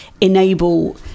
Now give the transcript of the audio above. enable